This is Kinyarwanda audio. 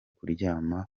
kuryama